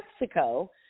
Mexico